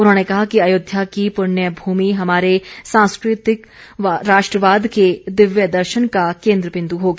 उन्होंने कहा कि अयोध्या की पुण्य भूमि हमारे सांस्कृतिक राष्ट्रवाद के दिव्य दर्शन का केंद्र बिंदु होगी